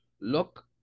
look